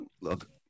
Look